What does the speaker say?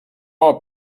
are